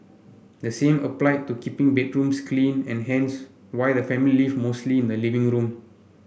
the same applied to keeping bedrooms clean and hence why the family live mostly in the living room